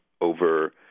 over